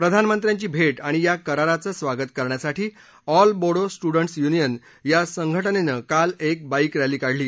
प्रधानमंत्र्यांची भेट आणि या कराराचं स्वागत करण्यासाठी ऑल बोडो स्टुडंट्स युनियन या संघटनेनं काल एक बाईक रॅली काढली